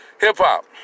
Hip-hop